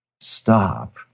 stop